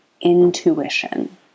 intuition